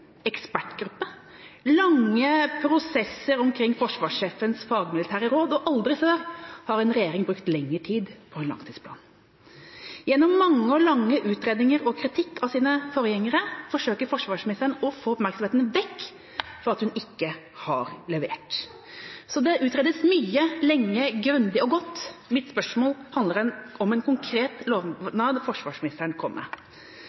ekspertgruppe, lange prosesser omkring forsvarsjefens fagmilitære råd, og aldri før har en regjering brukt lengre tid på en langtidsplan. Gjennom mange og lange utredninger og kritikk av sine forgjengere forsøker forsvarsministeren å få oppmerksomheten vekk fra at hun ikke har levert. Det utredes mye, lenge, grundig og godt. Mitt spørsmål handler om en konkret lovnad forsvarsministeren kom med.